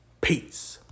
Peace